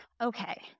okay